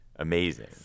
Amazing